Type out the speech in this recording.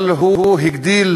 אבל הוא הגדיל